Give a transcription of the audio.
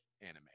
anime